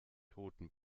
toten